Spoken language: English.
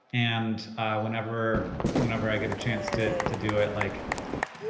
and whenever whenever i get a chance to to do it, like,